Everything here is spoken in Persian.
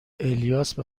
الیاس، به